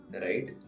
Right